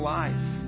life